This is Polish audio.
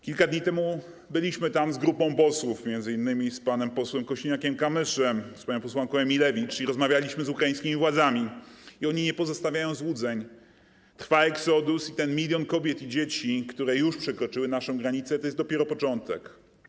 Kilka dni temu byliśmy tam z grupą posłów, m.in. z panem posłem Kosiniakiem-Kamyszem, z panią posłanką Emilewicz, i rozmawialiśmy z ukraińskimi władzami, i one nie pozostawiają złudzeń: trwa exodus i ten milion kobiet i dzieci, które już przekroczyły naszą granicę, to jest dopiero początek.